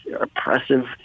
oppressive